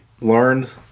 learned